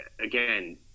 again